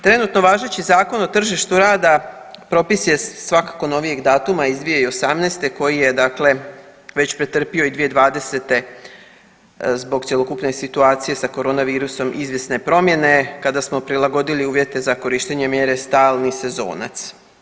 Trenutno važeći Zakon o tržištu rada propis je svakako novijeg datuma i 2018. koji je dakle već pretrpio i 2020. zbog cjelokupne situacije sa corona virusom izvjesne promjene, kada smo prilagodili uvjete za korištenje mjere stalni sezonac.